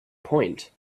point